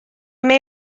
may